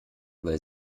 weil